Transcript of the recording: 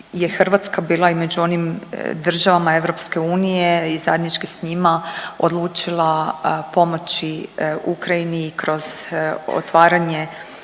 Hrvatska bila i među onim državama EU i zajednički s njima odlučila pomoći Ukrajini kroz otvaranje